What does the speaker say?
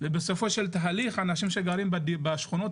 ובסופו של תהליך האנשים שגרים בשכונות